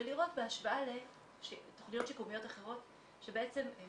ולראות בהשוואה לתכניות שיקומיות אחרות שבעצם הם